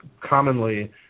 commonly